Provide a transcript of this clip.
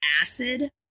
acid